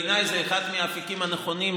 בעיניי זה אחד מהאפיקים הנכונים,